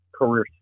career